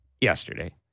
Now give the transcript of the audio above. yesterday